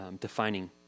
defining